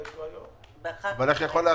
אני מאמין שבודקים את האפשרויות.